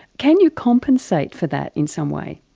can you compensate for that in some way?